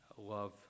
love